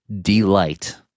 delight